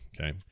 okay